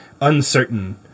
uncertain